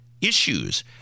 issues